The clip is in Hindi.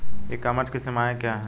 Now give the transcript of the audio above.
ई कॉमर्स की सीमाएं क्या हैं?